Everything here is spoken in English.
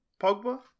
Pogba